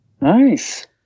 Nice